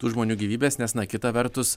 tų žmonių gyvybes nes na kita vertus